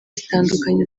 zitandukanye